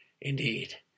Indeed